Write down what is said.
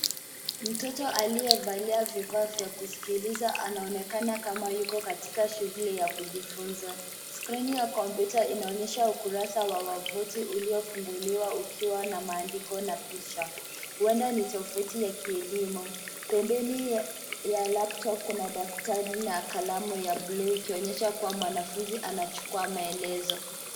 Mtoto aliyevalia vifaa vya kusikiliza anaonekana kama yuko katika shughuli ya kujifunza. Skrini ya kompyuta inaonyesha ukurasa wa wavuti uliofunguliwa ukiwa na maandiko na picha. Huenda ni tovuti ya kilimo. Pembeni ya laptop kuna daftari na kalamu ya buluu ikionyesha kuwa mwanafunzi anachukua maelezo.